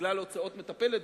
בגלל הוצאות מטפלת,